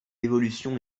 évolution